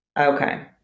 Okay